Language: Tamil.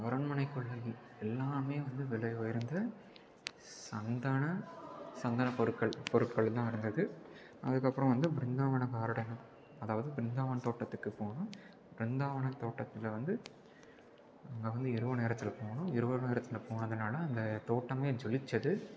அந்த அரண்மனைகுள்ளேயே எல்லாமே வந்து விலை உயர்ந்த சந்தன சந்தன பொருட்கள் பொருட்களும்தான் இருந்தது அதுக்கப்பறம் வந்து பிருந்தாவன கார்டனு அதாவது பிருந்தாவன தோட்டத்துக்கு போனோம் பிருந்தாவன தோட்டத்தில் வந்து நாங்கள் வந்து இரவு நேரத்தில் போனோம் இரவு நேரத்தில் போனதனால அங்கே தோட்டமே ஜொலித்தது